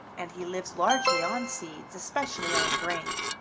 and he lives largely on seeds, especially on grain.